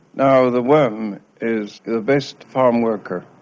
no. the worm is the best farm worker.